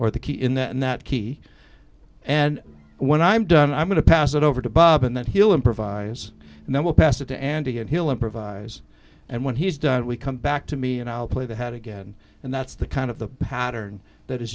or the key in that and that key and when i'm done i'm going to pass it over to bob and then he'll improvise and then we'll pass it to andy and he'll improvise and when he's done we come back to me and i'll play the head again and that's the kind of the pattern that is